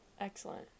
Excellent